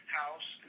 house